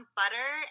butter